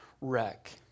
wreck